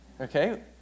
Okay